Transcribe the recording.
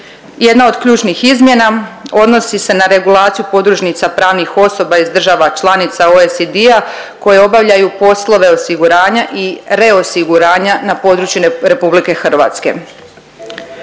Jedna od ključnih izmjena odnosi se na regulaciju podružnica pravnih osoba iz država članica OECD-a koje obavljaju poslove osiguranja i reosiguranja na području RH. Pred